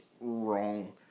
wrong